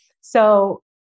So-